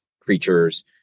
creatures